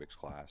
class